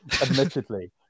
admittedly